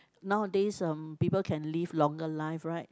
nowadays um people can live longer lives right